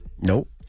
Nope